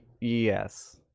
Yes